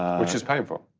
which is painful.